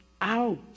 out